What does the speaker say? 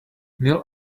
neil